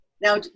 Now